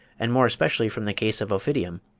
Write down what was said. and more especially from the case of ophidium,